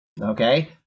Okay